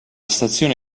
stazione